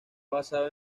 basado